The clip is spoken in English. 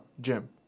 gym